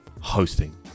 hosting